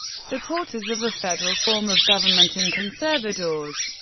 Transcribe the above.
supporters of a federal form of government, and conservadores,